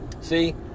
See